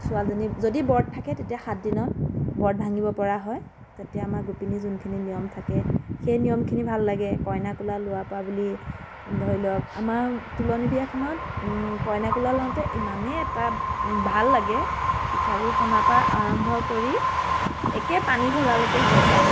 ছোৱালীজনীক যদি ব্ৰত থাকে তেতিয়া সাত দিনত ব্ৰত ভাঙিব পৰা হয় তেতিয়া আমাৰ গোপিনীৰ যোনখিনি নিয়ম থাকে সেই নিয়মখিনি ভাল লাগে কইনা কোলাত লোৱা পৰা বুলি ধৰি লওঁক আমাৰ তুলনি বিয়াখনত কইনা কোলা লওঁতে ইমানেই এটা ভাল লাগে পিঠা গুড়ি সনাৰ পা আৰম্ভ কৰি একে পানী ঢলালৈকে হৈ যায়